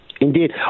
Indeed